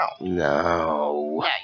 No